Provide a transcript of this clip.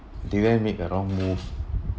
did I make a wrong move